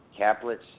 Caplets